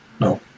No